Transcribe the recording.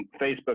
Facebook